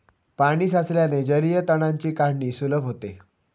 पाणी साचल्याने जलीय तणांची काढणी सुलभ होते